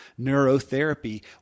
neurotherapy